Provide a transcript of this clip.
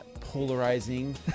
polarizing